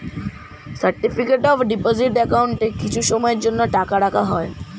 certificate of deposit অ্যাকাউন্টে কিছু সময়ের জন্য টাকা রাখা হয়